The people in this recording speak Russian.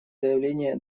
заявление